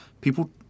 people